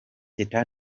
teta